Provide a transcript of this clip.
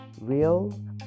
real